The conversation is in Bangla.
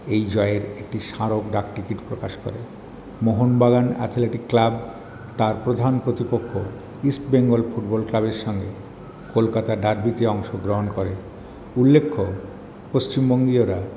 এই জয়ের একটি স্মারক ডাকটিকিট প্রকাশ করে মোহনবাগান অ্যাথলেটিক ক্লাব তার প্রধান প্রতিপক্ষ ইস্টবেঙ্গল ফুটবল ক্লাবের সঙ্গে কলকাতা ডার্বিতে অংশগ্রহণ করে উল্লেখ্য পশ্চিমবঙ্গীয়রা